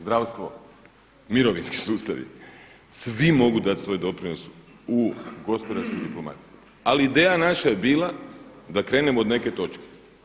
Zdravstvo, mirovinski sustavi, svi mogu dati svoj doprinos u gospodarskoj diplomaciji, ali ideja naša je bila da krenemo od neke točke.